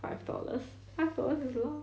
five dollars five dollars is a lot